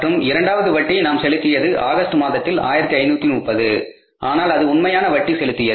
மற்றும் இரண்டாவது வட்டி நாம் செலுத்தியது ஆகஸ்ட் மாதத்தில் 1530 ஆனால் அது உண்மையான வட்டி செலுத்தியது